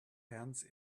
hands